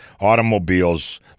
automobiles